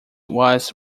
was